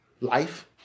Life